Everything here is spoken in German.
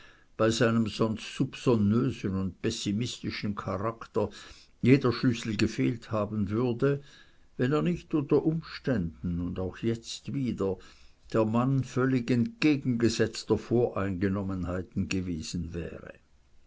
bei seinem sonst souponnösen und pessimistischen charakter jeder schlüssel gefehlt haben würde wenn er nicht unter umständen und auch jetzt wieder der mann völlig entgegengesetzter voreingenommenheiten gewesen wäre